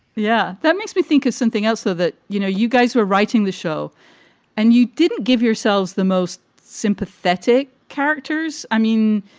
yeah. that makes me think of something else, though, that, you know, you guys were writing the show and you didn't give yourselves the most sympathetic characters. i mean,